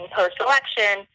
post-election